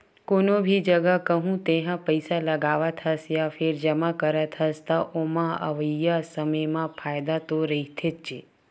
कोनो भी जघा कहूँ तेहा पइसा लगावत हस या फेर जमा करत हस, त ओमा अवइया समे म फायदा तो रहिथेच्चे